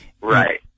Right